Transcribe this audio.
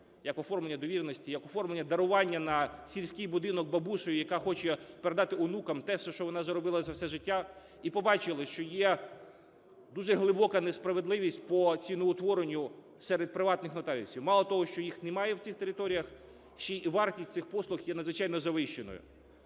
як оформлення довіреності, як оформлення дарування на сільській будинок бабусею, яка хоче передати онукам все те, що вона заробила за все життя, і побачили, що є дуже глибока несправедливість по ціноутворенню серед приватних нотаріусів. Мало того, що їх немає на цих територіях, ще й вартість цих послуг є надзвичайно завищеною.